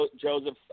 joseph